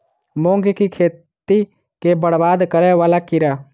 मूंग की खेती केँ बरबाद करे वला कीड़ा?